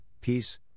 peace